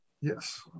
Yes